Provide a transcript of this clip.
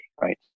Right